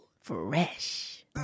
Fresh